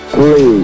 Three